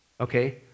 Okay